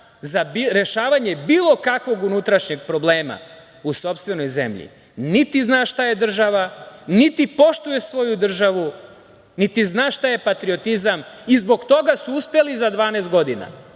za rešavanje bilo kakvog unutrašnjeg problema u sopstvenoj zemlji, niti zna šta je država, niti poštuje svoju državu, niti zna šta je patriotizam. Zbog toga su uspeli za 12 godina